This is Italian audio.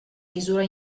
misura